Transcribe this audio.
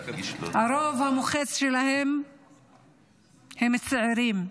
הרוב המוחץ שלהם צעירים.